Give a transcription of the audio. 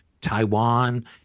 Taiwan